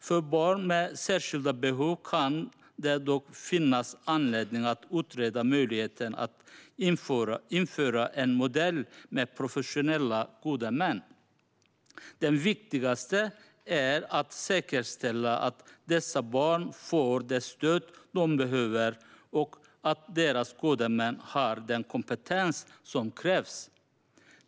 För barn med särskilda behov kan det dock finnas anledning att utreda möjligheten att införa en modell med professionella gode män. Det viktigaste är att säkerställa att dessa barn får det stöd de behöver och att deras gode män har den kompetens som krävs.